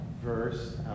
verse